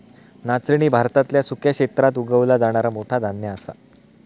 नाचणी भारतातल्या सुक्या क्षेत्रात उगवला जाणारा मोठा धान्य असा